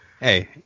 Hey